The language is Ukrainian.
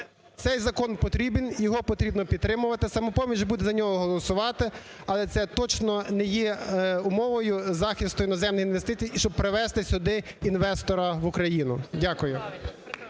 цей закон потрібен, його потрібно підтримувати, "Самопоміч" за нього буде голосувати. Але це точно не є умовою захисту іноземних інвестицій і щоб привести сюди інвестора в Україну. Дякую.